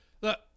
Look